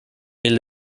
vill